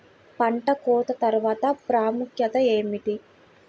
పంట కోత తర్వాత ప్రాముఖ్యత ఏమిటీ?